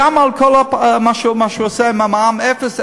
גם על כל מה שהוא עושה עם המע"מ אפס,